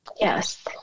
Yes